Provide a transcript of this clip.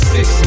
Six